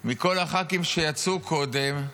מכל הח"כים שיצאו קודם,